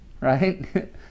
right